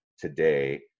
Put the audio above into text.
today